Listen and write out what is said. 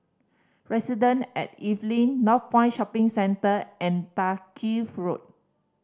Residence at Evelyn Northpoint Shopping Centre and Dalkeith Road